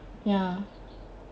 ya